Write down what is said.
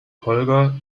holger